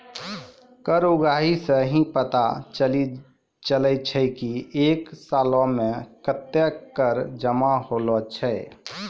कर उगाही सं ही पता चलै छै की एक सालो मे कत्ते कर जमा होलो छै